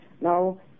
Now